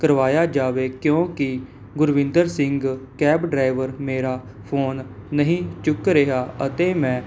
ਕਰਵਾਇਆ ਜਾਵੇ ਕਿਉਂਕਿ ਗੁਰਵਿੰਦਰ ਸਿੰਘ ਕੈਬ ਡਰਾਈਵਰ ਮੇਰਾ ਫੋਨ ਨਹੀਂ ਚੁੱਕ ਰਿਹਾ ਅਤੇ ਮੈਂ